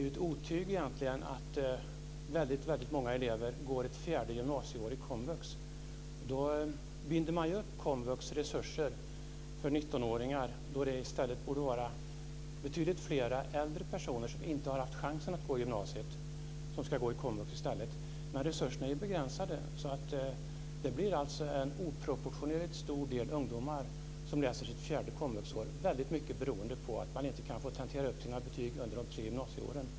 Det är egentligen ett otyg att väldigt många elever går ett fjärde gymnasieår i komvux. Då binder man upp komvux resurser för 19-åringar. Det borde i stället vara betydligt fler äldre personer som inte har haft chansen att gå i gymnasiet som i stället ska gå i komvux. Men resurserna är begränsade. Det blir därför en oproportionerligt stor del ungdomar som läser sitt fjärde gymnasieår på komvux. Det är väldigt mycket beroende på att de inte kan få tentera upp sina betyg under de tre gymnasieåren.